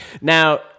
Now